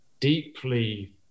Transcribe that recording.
deeply